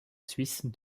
suisse